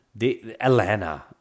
Atlanta